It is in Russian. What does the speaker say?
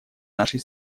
нашей